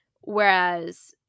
whereas